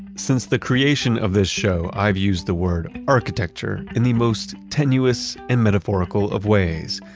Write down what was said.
since the creation of this show, i've used the word architecture in the most tenuous and metaphorical of ways,